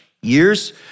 years